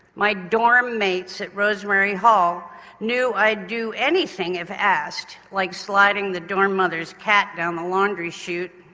my dorm mates at rosemary hall knew i'd do anything if asked like sliding the dorm mother's cat down the laundry chute.